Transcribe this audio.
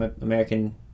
American